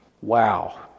Wow